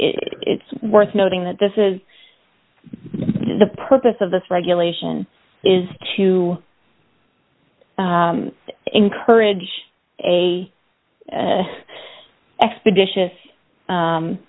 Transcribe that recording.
it's worth noting that this is the purpose of this regulation is to encourage a expeditious